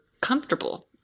comfortable